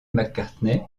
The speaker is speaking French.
mccartney